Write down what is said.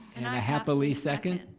and i happily second.